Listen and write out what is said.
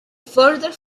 further